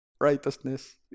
Righteousness